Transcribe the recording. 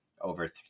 over